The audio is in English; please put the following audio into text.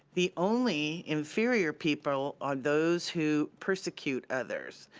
the only inferior people are those who persecute others.